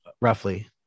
roughly